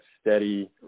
steady